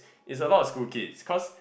it's a lot of school kids cause